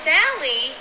Sally